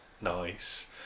nice